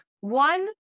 one